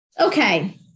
Okay